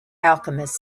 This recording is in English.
alchemist